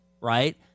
right